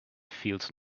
feels